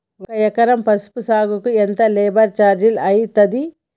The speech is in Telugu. ఒక ఎకరం పసుపు సాగుకు ఎంత లేబర్ ఛార్జ్ అయితది?